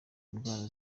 indwara